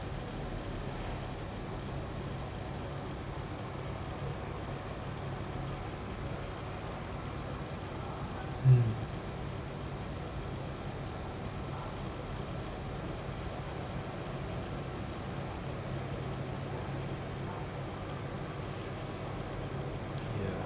mm